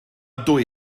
dwy